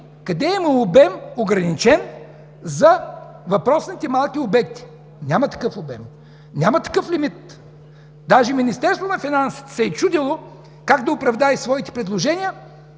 къде има ограничен обем за въпросните малки обекти! Няма такъв обем! Няма такъв лимит! Даже Министерството на финансите се е чудило как да оправдае своето предложение.